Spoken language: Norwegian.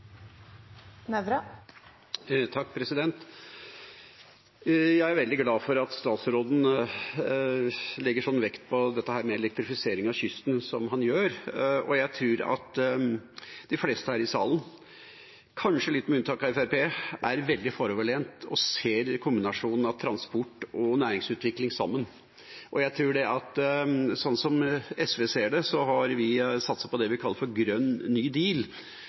veldig glad for at statsråden legger så vekt på dette med elektrifisering av kysten som han gjør. Jeg tror de fleste her i salen, kanskje litt med unntak av Fremskrittspartiet, er veldig foroverlent og ser kombinasjonen av transport og næringsutvikling sammen. Sånn SV ser det, har vi satset på det vi kaller grønn ny deal, som altså er et av de prosjektene hvor vi kan peke på vinnere i framtidas næringsutvikling i Norge i det